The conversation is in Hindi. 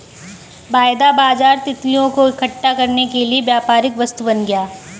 वायदा बाजार तितलियों को इकट्ठा करने के लिए व्यापारिक वस्तु बन गया